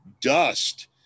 dust